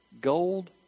gold